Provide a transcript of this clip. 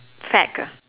fact ah